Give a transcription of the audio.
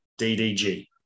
DDG